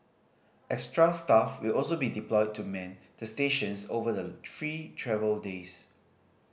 extra staff will also be deployed to man the stations over the free travel days